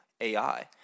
AI